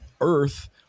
earth